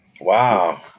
Wow